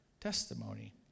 testimony